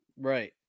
Right